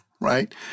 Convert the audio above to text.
right